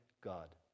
God